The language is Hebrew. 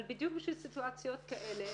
אבל בדיוק בשביל סיטואציות כאלה